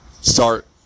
start